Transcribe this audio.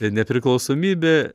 kad nepriklausomybė